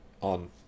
on